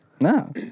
No